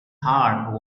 heart